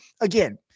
again